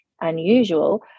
unusual